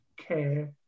care